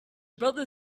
brother